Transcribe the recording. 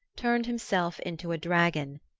turned himself into a dragon,